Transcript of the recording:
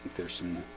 there's some